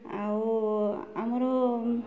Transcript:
ଆଉ ଆମର